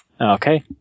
okay